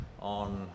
on